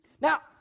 Now